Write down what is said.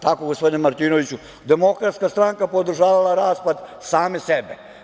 Tako, gospodine Martinoviću, Demokratska stranka je podržavala raspad same sebe.